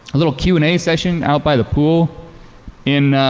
little q and a session out by the pool in